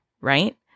Right